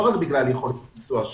לא רק בגלל יכולת הביצוע שלהן,